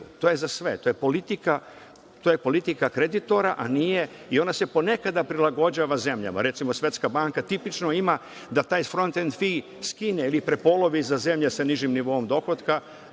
to je za sve, to je politika kreditora a nije … I, ona se ponekada prilagođava zemljama. Recimo Svetska banka tipično ima da taj „front and fee“ skine ili prepolovi za zemlje sa nižim nivoom dohotka,